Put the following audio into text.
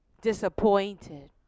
disappointed